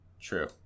True